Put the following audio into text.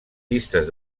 llistes